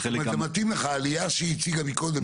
זה גם מתאים לך במציאות העלייה שהיא הציגה קודם.